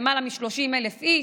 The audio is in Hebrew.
של למעלה מ-30,000 איש.